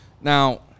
Now